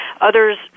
Others